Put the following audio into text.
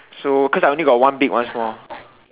so cause I only got one big one small